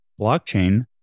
Blockchain